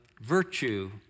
virtue